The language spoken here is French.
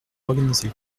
organisez